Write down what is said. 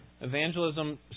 Evangelism